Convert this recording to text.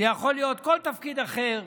זה יכול להיות כל תפקיד אחר,